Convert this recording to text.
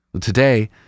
today